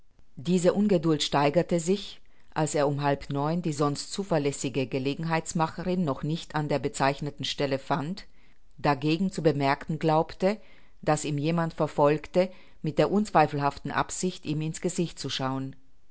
diese ungeduld steigerte sich als er um halb neun uhr die sonst zuverlässige gelegenheitsmacherin noch nicht an der bezeichneten stelle fand dagegen zu bemerken glaubte daß ihn jemand verfolge mit der unzweifelhaften absicht ihm in's gesicht zu schauen